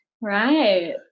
Right